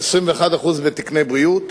21% בתקני בריאות,